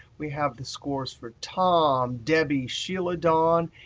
we have the scores for tom, debbie sheila, don,